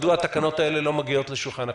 מדוע התקנות האלה לא מגיעות לשולחן הכנסת?